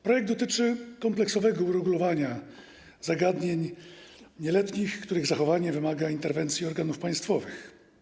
Projekt dotyczy kompleksowego uregulowania zagadnień dotyczących nieletnich, których zachowanie wymaga interwencji organów państwowych.